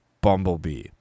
Bumblebee